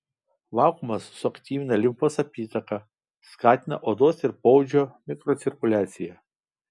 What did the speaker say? vakuumas suaktyvina limfos apytaką skatina odos ir poodžio mikrocirkuliaciją